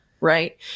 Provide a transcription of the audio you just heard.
right